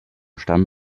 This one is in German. stamm